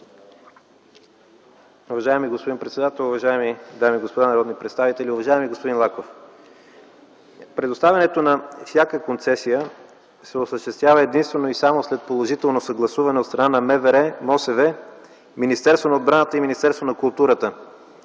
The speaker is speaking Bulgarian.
Уважаеми господин председател, уважаеми дами и господа народни представители! Уважаеми господин Лаков, предоставянето на всяка концесия се осъществява единствено и само след положително съгласуване от страна на МВР, Министерството на околната среда и водите,